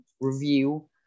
review